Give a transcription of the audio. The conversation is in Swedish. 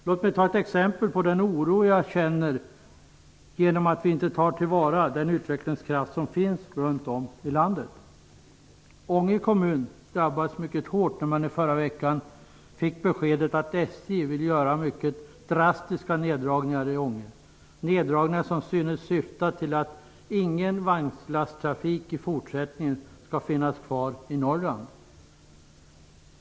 Låt mig ge ett exempel på den oro som jag känner på grund av att vi inte tar till vara den utvecklingskraft som finns runt om i landet. vill göra mycket drastiska neddragningar i Ånge. Norrland.